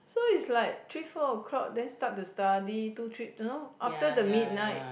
so is like three four O-clock then start to study two three you know after the midnight